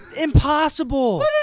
impossible